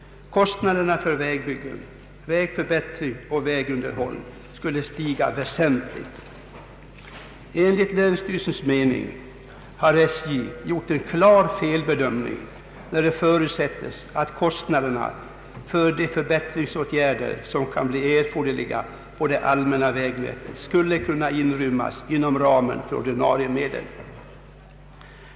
Kostnaderna för vägbyggen, vägförbättring och vägunderhåll skulle stiga väsentligt. Enligt länsstyrelsens mening har SJ gjort en klar felbedömning, när det förutsättes att kostnaderna för de förbättringsåtgärder som kan bli erforderliga på det allmänna vägnätet skulle kunna inrymmas inom ramen för ordinarie medel.